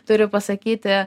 turi pasakyti